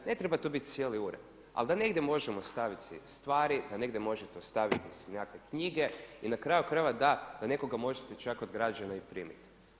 Ne treba to biti cijeli ured, ali da negdje možemo ostavit si stvari, da negdje možete ostaviti si nekakve knjige i na kraju krajeva da, da nekoga možete čak od građana i primiti.